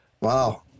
Wow